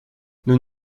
nous